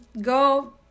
go